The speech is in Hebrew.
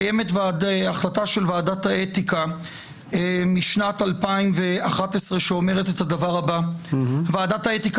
קיימת החלטה של ועדת האתיקה משנת 2011 שאומרת את הדבר הבא: ועדת האתיקה